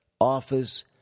office